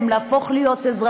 גילאון, סתיו